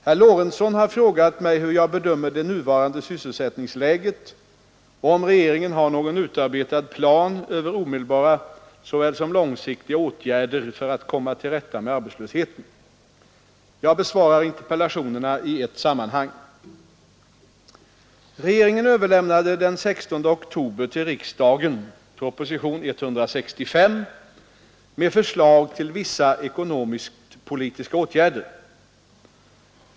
Herr Lorentzon har frågat mig hur jag bedömer det nuvarande sysselsättningsläget, och om regeringen har någon utarbetad plan över omedelbara såväl som långsiktiga åtgärder för att komma till rätta med arbetslösheten. Jag besvarar interpellationerna i ett sammanhang. Regeringen överlämnade den 16 oktober till riksdagen propositionen 165 år 1973 med förslag till vissa ekonomisk-politiska åtgärder.